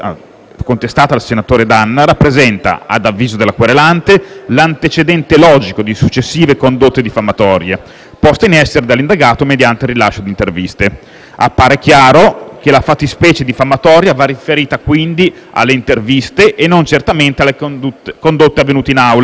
contestata al senatore D'Anna rappresenta, ad avviso della querelante, (...) l'antecedente logico di successive condotte diffamatorie (...) poste in essere dall'indagato mediante il rilascio di interviste». Appare chiaro che la fattispecie diffamatoria va riferita quindi alle interviste e non certamente alle condotte avvenute in Aula,